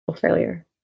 failure